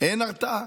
אין הרתעה,